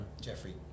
Jeffrey